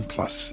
Plus